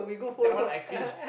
that one I cringe